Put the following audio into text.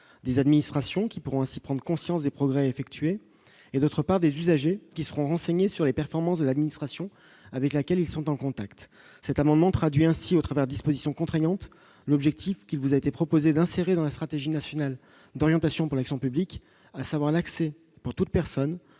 des administrations qui pourront ainsi prendre conscience des progrès effectués et, d'autre part des usagers, qui seront renseignés sur les performances de l'administration avec laquelle ils sont en contact, cet amendement traduit ainsi au travers dispositions contraignantes l'objectif qu'il vous a été proposé d'insérer dans la stratégie nationale dans inondations pour l'action publique, à savoir l'accès pour toute personne